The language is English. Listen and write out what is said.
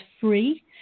free